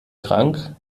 drang